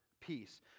peace